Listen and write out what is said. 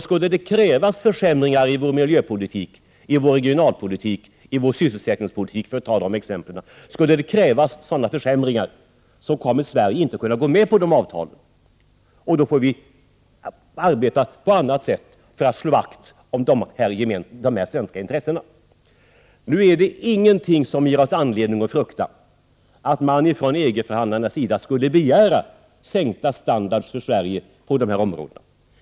Skulle det krävas försämringar t.ex. i vår miljöpolitik, i vår regionalpolitik eller i vår sysselsättningspolitik kommer vi i Sverige inte att kunna gå med på detta. Då får vi arbeta på annat sätt för att slå vakt om de svenska intressena. Nu finns det emellertid inte något som ger oss anledning 43 att frukta att man från EG-förhandlarnas sida skulle begära sänkt standard för Sverige på dessa områden.